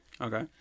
Okay